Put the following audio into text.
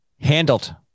Handled